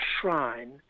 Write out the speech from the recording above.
shrine